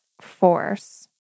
force